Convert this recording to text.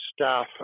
staff